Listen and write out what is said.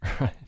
right